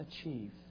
achieve